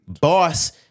boss